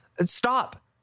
Stop